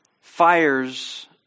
fires